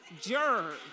jerk